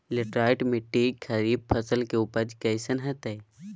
Laterite मिट्टी खरीफ फसल के उपज कईसन हतय?